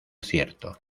cierto